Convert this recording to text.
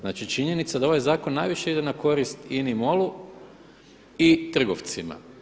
Znači činjenica da ovaj zakon najviše ide na korist INA-i MOL-u i trgovcima.